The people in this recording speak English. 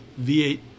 V8